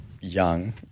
young